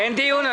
אין על זה דיון.